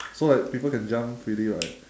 so like people can jump freely right